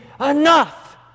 enough